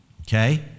Okay